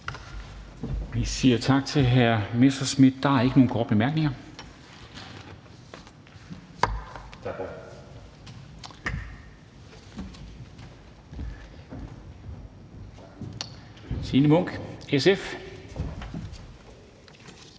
Vi siger tak til hr. Morten Messerschmidt. Der er ikke nogen korte bemærkninger. Så er det fru Signe Munk, SF.